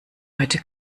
heute